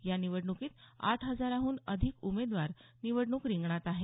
या निवडणुकीत आठ हजाराहून अधिक उमेदवार निवडणूक रिंगणात आहेत